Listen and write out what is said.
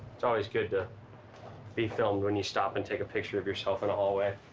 it's always good to be filmed when you stop and take a picture of yourself in a hallway.